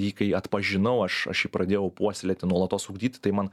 jį kai atpažinau aš aš jį pradėjau puoselėti nuolatos ugdyti tai man